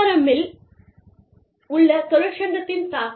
HRM மில் உள்ள தொழிற்சங்களின் தாக்கம்